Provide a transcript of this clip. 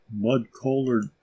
mud-colored